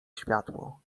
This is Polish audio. światło